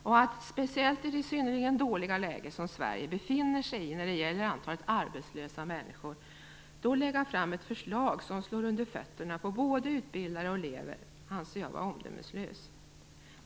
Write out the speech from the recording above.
Jag anser det vara omdömeslöst att lägga fram förslag som slår undan fötterna på både utbildare och elever, speciellt i det dåliga läge som Sverige befinner sig i när det gäller antalet arbetslösa människor.